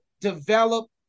develop